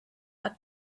had